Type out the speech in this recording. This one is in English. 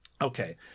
Okay